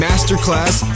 Masterclass